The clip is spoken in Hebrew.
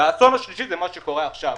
האסון השלישי זה מה שקורה עכשיו,